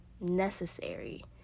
necessary